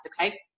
okay